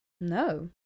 no